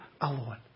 alone